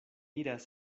iras